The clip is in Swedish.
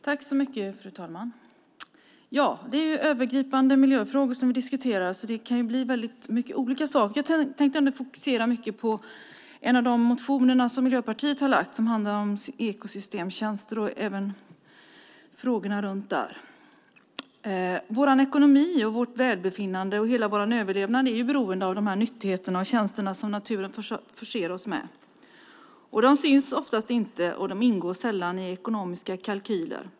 Fru talman! Det är övergripande miljöfrågor som vi diskuterar, så det kan bli många olika saker. Jag tänkte ändå fokusera på en av de motioner som Miljöpartiet har väckt som handlar om ekosystemtjänster och frågorna runt dem. Vår ekonomi, vårt välbefinnande och hela vår överlevnad är beroende av de nyttigheter och tjänster som naturen förser oss med. De syns oftast inte, och de ingår sällan i ekonomiska kalkyler.